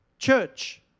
church